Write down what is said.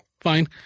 fine